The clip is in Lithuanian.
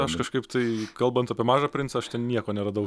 aš kažkaip tai kalbant apie mažą princą aš ten nieko neradau